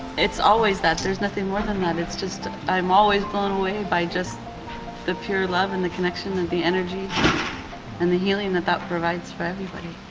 it's always that there's nothing more than that. it's just i'm always blown away by just the pure love and the connection and the energy and the healing that that provides for everybody